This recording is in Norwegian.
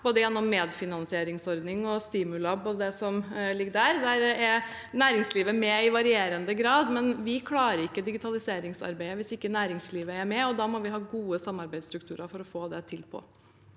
både gjennom medfinansieringsordning og Stimulab og det som ligger der. Der er næringslivet med i varierende grad. Men vi klarer ikke digitaliseringsarbeidet hvis ikke næringslivet er med, og vi må ha gode samarbeidsstrukturer for å få til det.